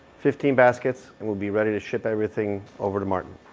fifteen baskets and we'll be ready to ship everything over to martin.